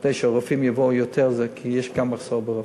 כדי שיותר רופאים יבואו, כי יש גם מחסור ברופאים.